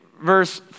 verse